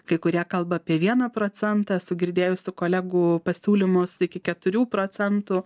kai kurie kalba apie vieną procentą esu girdėjusi kolegų pasiūlymus iki keturių procentų